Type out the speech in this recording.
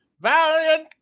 Valiant